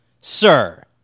Sir